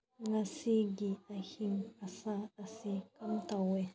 ꯉꯁꯤꯒꯤ ꯑꯍꯤꯡ ꯑꯁꯥ ꯑꯁꯤ ꯀꯝꯇꯧꯋꯤ